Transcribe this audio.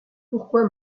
pourquoi